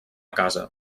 casa